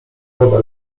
wodę